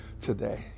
today